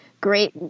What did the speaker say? great